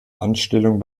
anstellung